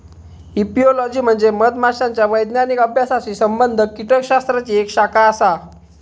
apiology म्हणजे मधमाशांच्या वैज्ञानिक अभ्यासाशी संबंधित कीटकशास्त्राची एक शाखा आसा